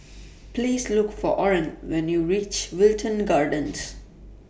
Please Look For Oran when YOU REACH Wilton Gardens